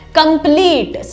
Complete